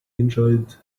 enjoyed